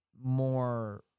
more